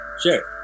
Sure